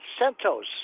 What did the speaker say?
Santos